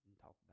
talk